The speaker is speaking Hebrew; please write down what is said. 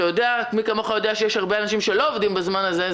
מי כמוך יודע שיש הרבה אנשים שלא עובדים בזמן הזה.